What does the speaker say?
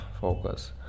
focus